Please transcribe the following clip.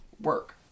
work